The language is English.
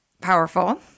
powerful